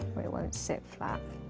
or it won't sit flat.